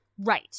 Right